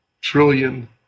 trillion